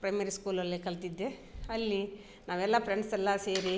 primary ಸ್ಕೂಲಲ್ಲೆ ಕಲ್ತಿದ್ದೆ ಅಲ್ಲಿ ನಾವೆಲ್ಲ ಫ್ರೆಂಡ್ಸೆಲ್ಲಾ ಸೇರಿ